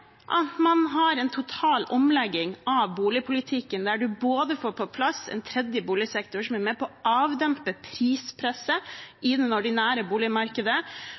at man har en total omlegging av boligpolitikken, der man både får på plass en tredje boligsektor som er med på å avdempe prispresset i det ordinære boligmarkedet,